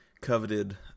coveted